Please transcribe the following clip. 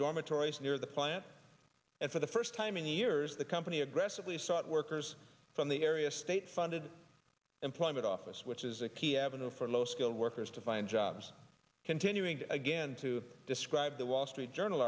dormitories near the plant and for the first time in years the company aggressively sought workers from the area state funded employment office which is a key avenue for low skilled workers to find jobs continuing again to describe the wall street journal